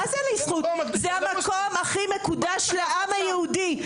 זה המקום המקודש ביותר לעם היהודי,